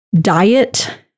Diet